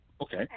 Okay